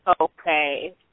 Okay